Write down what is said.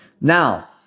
Now